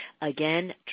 Again